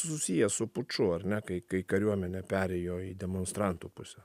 susiję su puču ar ne kai kai kariuomenė perėjo į demonstrantų pusę